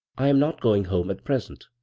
i am not going home at present.